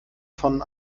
von